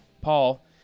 Paul